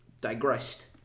digressed